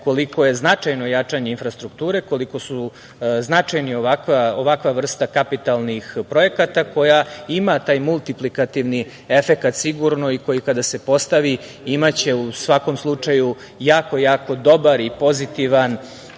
koliko je značajno jačanje infrastrukture, koliko su značajni ovakva vrsta kapitalnih projekata, koja ima taj multiplikativni efekat sigurno i koji kada se postavi imaće u svakom slučaju jako, jako dobar i pozitivan